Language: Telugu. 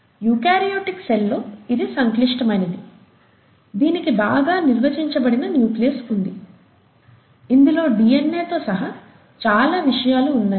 యూకారియోటిక్ సెల్లో ఇది సంక్లిష్టమైనది దీనికి బాగా నిర్వచించబడిన న్యూక్లియస్ ఉంది ఇందులో డిఎన్ఏ తో సహా చాలా విషయాలు ఉన్నాయి